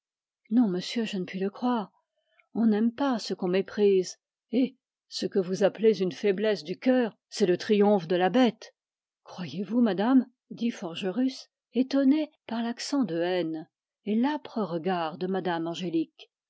non monsieur je ne puis le croire on n'aime pas ce qu'on méprise et ce que vous appelez une faiblesse du cœur c'est le triomphe de la bête croyez-vous madame dit forgerus étonné par l'accent de haine et